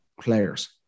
players